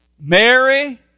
Mary